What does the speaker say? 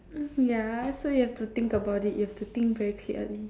ya so you have to think about it you have to think very clearly